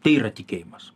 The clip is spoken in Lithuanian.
tai yra tikėjimas